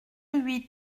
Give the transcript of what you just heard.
huit